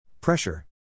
Pressure